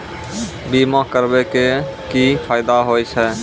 बीमा करबै के की फायदा होय छै?